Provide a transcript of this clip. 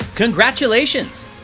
Congratulations